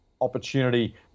opportunity